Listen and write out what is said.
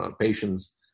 patients